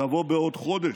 תבוא בעוד חודש,